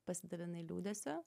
pasidalinai liūdesiu